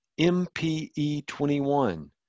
mpe21